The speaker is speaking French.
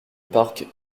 parc